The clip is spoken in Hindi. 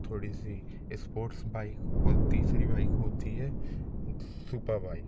थोड़ी सी इस्पोर्ट्स बाइक और तीसरी बाइक होती है सुपर बाइक